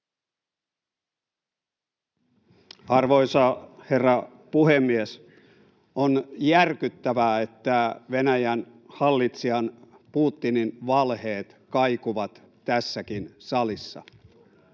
Arvoisa herra puhemies! On järkyttävää, että Venäjän hallitsijan Putinin valheet kaikuvat tässäkin salissa.